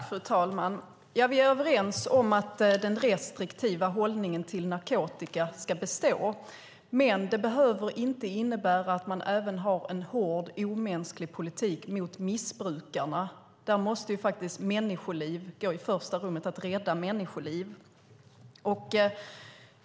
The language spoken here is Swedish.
Fru talman! Vi är överens om att den restriktiva hållningen till narkotika ska bestå, men den behöver inte innebära att det även råder en hård och omänsklig politik mot missbrukarna. Där måste räddande av människoliv gå i första rummet.